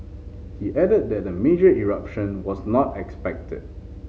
he added that a major eruption was not expected